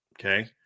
Okay